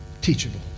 Teachable